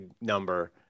number